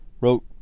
wrote